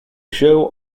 show